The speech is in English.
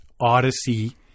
Odyssey